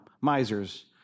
misers